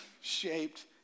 shaped